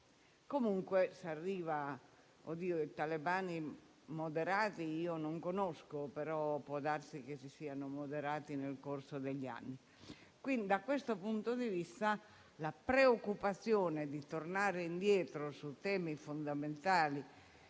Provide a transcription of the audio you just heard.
molto aumentata. Talebani moderati non ne conosco, però può darsi che si siano moderati nel corso degli anni. Pertanto, da questo punto di vista, la preoccupazione di tornare indietro su temi fondamentali